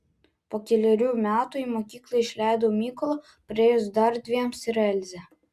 po kelerių metų į mokyklą išleidau mykolą praėjus dar dvejiems ir elzę